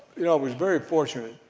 you know i was very fortunate,